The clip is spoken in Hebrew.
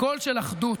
קול של אחדות.